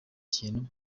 kintu